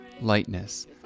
lightness